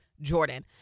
Jordan